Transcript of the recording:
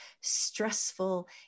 stressful